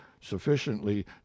sufficiently